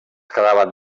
quedaven